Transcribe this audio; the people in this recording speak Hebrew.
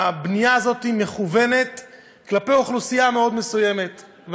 הבנייה הזאת מכוונת כלפי אוכלוסייה מסוימת מאוד.